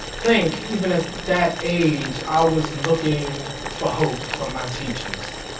think, even at that age, i was looking for hope from my teachers.